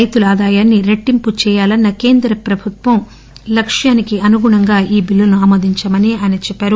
రైతుల ఆదాయాన్ని రెట్టింపు చేయాలన్న కేంద్ర ప్రభుత్వ లక్ష్యానికి అనుగుణంగా ఈ బిల్లును ఆమోదించామని చెప్పారు